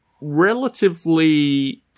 relatively